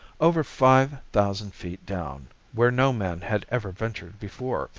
over five thousand feet down where no man had ever ventured before!